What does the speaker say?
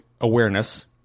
awareness